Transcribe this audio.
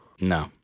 No